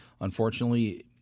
unfortunately